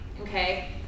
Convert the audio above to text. Okay